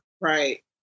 right